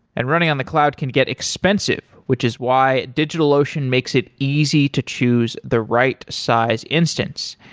and running on the cloud can get expensive, which is why digitalocean makes it easy to choose the right size instance.